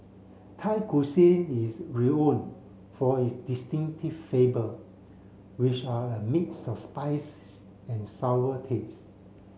Thai Cuisine is for its distinctive flavor which are a mix of spices and sour taste